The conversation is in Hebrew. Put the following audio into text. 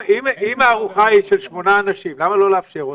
אם הארוחה היא של שמונה אנשים, למה לא לאפשר אותה?